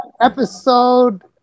episode